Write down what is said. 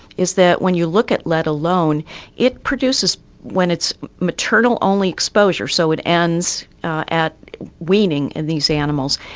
is that when you look at lead alone it produces when it's maternal only exposure so it ends at weaning of these animals,